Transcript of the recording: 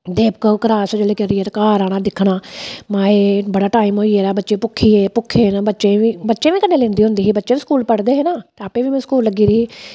देवका क्रास जेल्ले करिए ते घर आना दिक्खना माए बड़ा टाइम होई गेदा बच्चे भुक्खी ए भुक्खे न बच्चे बच्चे बी कन्ने लेंदी हुंदी ही बच्चे बी पढ़दे हे ना ते आपें बी मैं स्कूल लग्गी दी ही